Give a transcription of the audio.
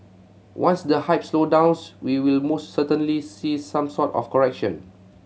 once the hype slow downs we will most certainly see some sort of correction